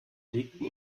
legten